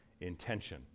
Intention